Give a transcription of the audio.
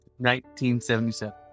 1977